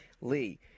Lee